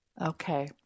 Okay